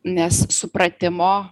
nes supratimo